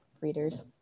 readers